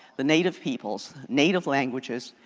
the native people, native languages,